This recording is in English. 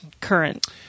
current